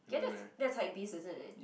ya that's that's hypebeast isn't it